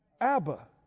Abba